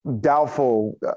doubtful